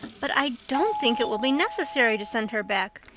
but i don't think it will be necessary to send her back.